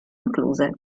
incluse